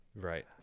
Right